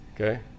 okay